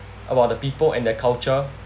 about the people and their culture